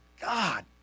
God